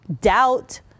doubt